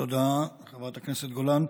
תודה, חברת הכנסת גולן.